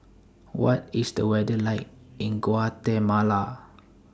What IS The weather like in Guatemala